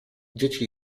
dzieci